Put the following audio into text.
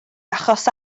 achos